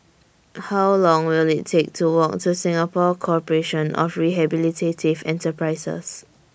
How Long Will IT Take to Walk to Singapore Corporation of Rehabilitative Enterprises